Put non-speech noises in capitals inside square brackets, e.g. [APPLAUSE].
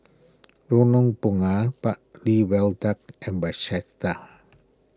Lorong Bunga Bartley Viaduct and [UNINTELLIGIBLE]